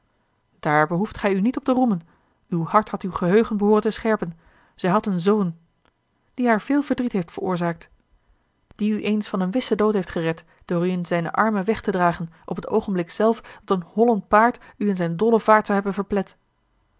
daar behoeft gij u niet op te beroemen uw hart had uw geheugen behooren te scherpen zij had een zoon die haar veel verdriet heeft veroorzaakt die u eens van een wissen dood heeft gered door u in zijne armen weg te dragen op het oogenblik zelf dat een hollend paard u in zijn dollen vaart zou hebben